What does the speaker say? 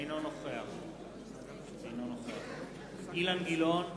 אינו נוכח אילן גילאון,